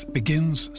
begins